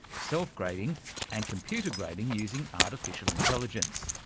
self-grading and computer grading, using artificial intelligence.